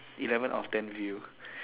eleven of them view